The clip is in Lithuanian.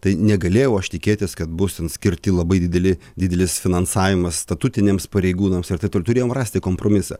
tai negalėjau aš tikėtis kad bus ten skirti labai dideli didelis finansavimas statutiniams pareigūnams ir tai turėjom rasti kompromisą